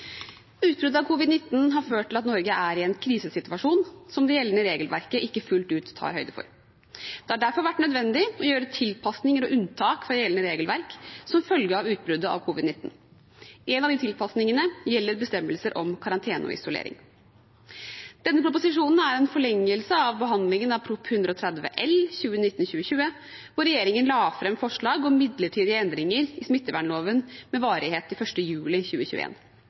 Utbruddet av covid-19 har ført til at Norge er i en krisesituasjon som det gjeldende regelverket ikke fullt ut tar høyde for. Det har derfor vært nødvendig å gjøre tilpasninger og unntak fra gjeldende regelverk som følge av utbruddet av covid-19. En av de tilpasningene gjelder bestemmelser om karantene og isolering. Denne proposisjonen er en forlengelse av behandlingen av Prop. 130 L for 2019–2020, hvor regjeringen la fram forslag om midlertidige endringer i smittevernloven med varighet til 1. juli